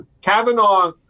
Kavanaugh